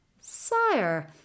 Sire